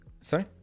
sorry